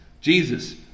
Jesus